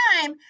time